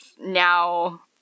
now